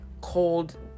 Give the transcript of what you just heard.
cold